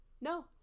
No